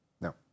No